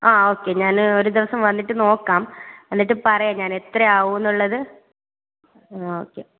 ആ ഓക്കേ ഞാൻ ഒരു ദിവസം വന്നിട്ട് നോക്കാം എന്നിട്ട് പറയാം ഞാൻ എത്ര ആവുമെന്നുള്ളത് ആ ഓക്കേ